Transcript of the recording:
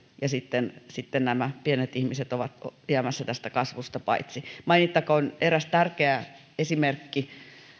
ja sitten sitten pienet ihmiset ovat jäämässä tästä kasvusta paitsi mainittakoon eräs tärkeä esimerkki